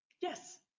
Yes